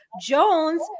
Jones